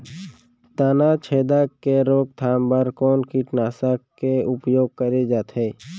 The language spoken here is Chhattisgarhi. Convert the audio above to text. तनाछेदक के रोकथाम बर कोन कीटनाशक के उपयोग करे जाये?